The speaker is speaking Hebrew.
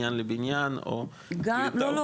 זה פחות קורה בין בניין לבניין --- לא,